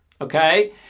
Okay